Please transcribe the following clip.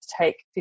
take